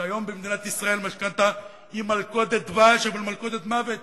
כשהיום במדינת ישראל משכנתה היא מלכודת דבש אבל מלכודת מוות